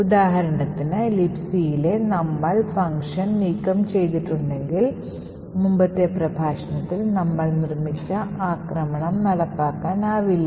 ഉദാഹരണത്തിന് Libcയിലെ system function നീക്കംചെയ്തിട്ടുണ്ടെങ്കിൽ മുമ്പത്തെ പ്രഭാഷണത്തിൽ നമ്മൾ നിർമ്മിച്ച ആക്രമണം നടപ്പാക്കാൻ ആവില്ല